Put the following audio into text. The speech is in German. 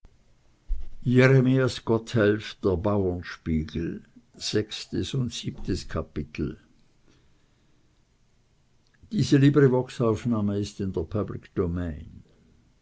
jeremias gotthelf dem